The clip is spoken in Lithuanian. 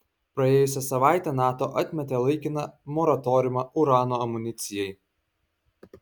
praėjusią savaitę nato atmetė laikiną moratoriumą urano amunicijai